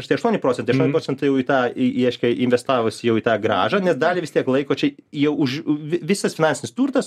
prieš tai aštuoni procentai aštuoni procentai jau į tą į reiškia investavus jau į tą grąžą nes dalį vis tiek laiko čia jau už vi visas finansinis turtas